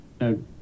no